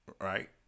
right